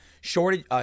shortage